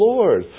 Lord